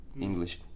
English